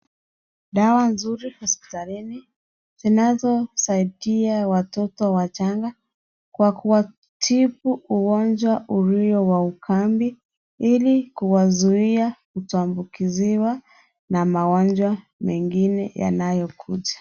Dawa nzuri hospitalini. Zinazosaidia watoto wachanga kwa kuwatibu ugonjwa ulio wa ukambi, ili kuwazuia kutoambukiziwa na magonjwa mengine yanayokuja.